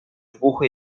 wybuchu